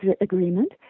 agreement